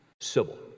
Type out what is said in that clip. Civil